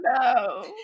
No